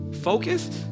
focused